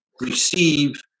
receive